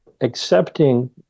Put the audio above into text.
accepting